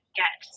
get